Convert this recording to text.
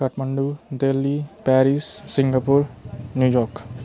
Kathmandu Delhi Paris Singapore New York